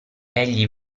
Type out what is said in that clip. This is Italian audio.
egli